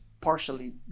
partially